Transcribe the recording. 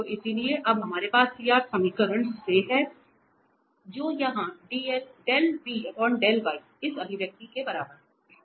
तो इसलिए अब हमारे पास CR समीकरण से है जो यहां इस अभिव्यक्ति के बराबर है